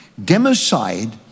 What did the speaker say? Democide